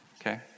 Okay